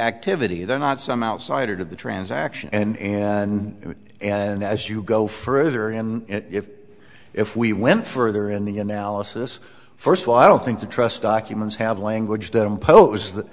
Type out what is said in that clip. activity they're not some outside of the transaction and and and as you go further in if if we went further in the analysis first of all i don't think the trust documents have language that impose that